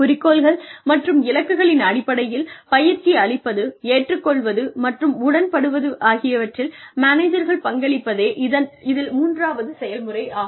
குறிக்கோள்கள் மற்றும் இலக்குகளின் அடிப்படையில் பயிற்சி அளிப்பது ஏற்றுக் கொள்ளுவது மற்றும் உடன்படுவது ஆகியவற்றில் மேனேஜர்கள் பங்களிப்பதே இதன் மூன்றாவது செயல்முறையாகும்